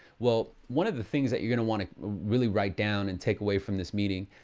well, one of the things that you're gonna want to really write down and take away from this meeting,